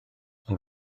ond